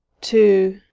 to